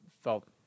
felt